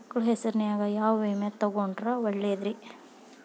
ಮಕ್ಕಳ ಹೆಸರಿನ್ಯಾಗ ಯಾವ ವಿಮೆ ತೊಗೊಂಡ್ರ ಒಳ್ಳೆದ್ರಿ?